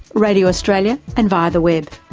radio australia and via the web.